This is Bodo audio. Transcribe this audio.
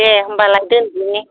दे होनब्लालाय दोनदिनि